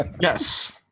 yes